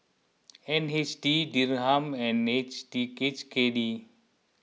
N H D Dirham and H D H K D